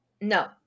No